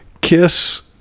Kiss